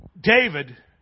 David